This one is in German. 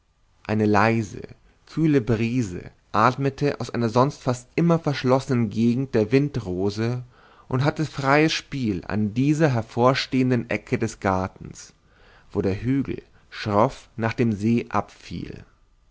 eine leise kühle brise atmete aus einer sonst fast immer verschlossenen gegend der windrose und hatte freies spiel an dieser hervorstehenden ecke des gartens wo der hügel schroff nach dem see abfiel